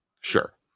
sure